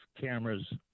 cameras